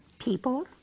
people